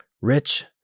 Rich